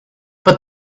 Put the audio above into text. but